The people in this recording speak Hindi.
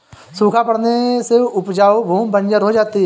सूखा पड़ने से उपजाऊ भूमि बंजर हो जाती है